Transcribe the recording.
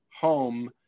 home